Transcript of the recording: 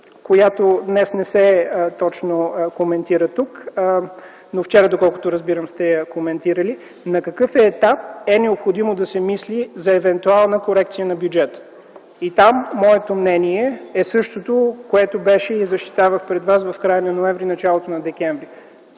която днес не се коментира тук, но вчера, доколкото разбирам, сте я коментирали – на какъв етап е необходимо да се мисли за евентуална корекция на бюджета. И там моето мнение е същото, което беше и защитавах пред вас в края на ноември и началото на декември